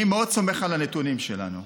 אני מאוד סומך על הנתונים שלנו.